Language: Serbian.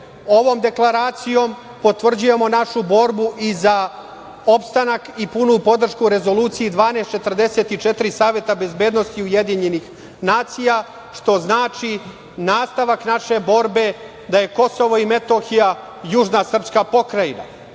ovom deklaracijom potvrđujemo našu borbu i za opstanak i punu podršku Rezoluciji 1244 Saveta bezbednosti Ujedinjenih nacija, što znači nastavak naše borbe da je Kosovo i Metohija južna srpska pokrajina. Ova